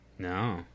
No